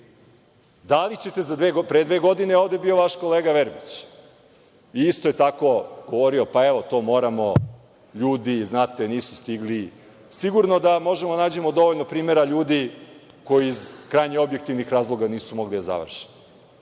u Srbiji. Pre dve godine je ovde bio vaš kolega Verbić i isto je tako govorio da to moramo, ljudi nisu stigli, sigurno da možemo da nađemo dovoljno primera ljudi koji iz krajnje objektivnih razloga nisu mogli da završe